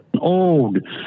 Old